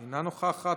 אינה נוכחת,